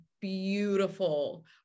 beautiful